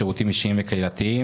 שירותים אישיים וקהילתיים